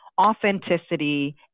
authenticity